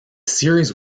series